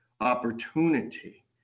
opportunity